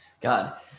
god